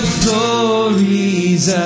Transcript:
glories